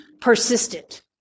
persistent